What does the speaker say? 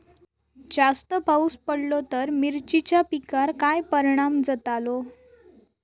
जास्त पाऊस पडलो तर मिरचीच्या पिकार काय परणाम जतालो?